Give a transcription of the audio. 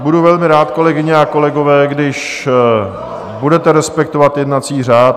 Budu velmi rád, kolegyně a kolegové, když budete respektovat jednací řád.